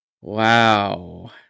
wow